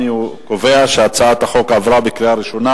אני קובע שהצעת החוק עברה בקריאה ראשונה